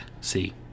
See